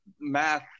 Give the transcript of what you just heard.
math